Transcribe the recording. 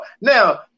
Now